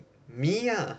me ah